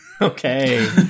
Okay